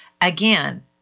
again